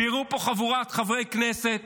ויראו פה חבורת חברי כנסת